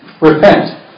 Repent